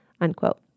Unquote